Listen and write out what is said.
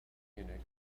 munich